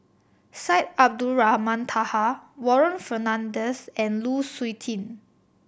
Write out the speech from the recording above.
Syed Abdulrahman Taha Warren Fernandez and Lu Suitin